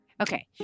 Okay